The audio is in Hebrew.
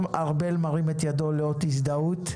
גם ארבל מרים את ידו לאות הזדהות.